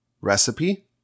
recipe